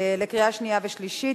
קריאה שנייה ולקריאה שלישית.